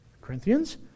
Corinthians